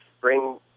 bring